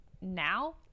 now